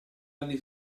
anni